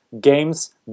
games